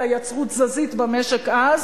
אלא יצרו תזזית במשק אז,